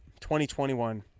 2021